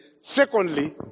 secondly